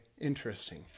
Interesting